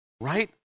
right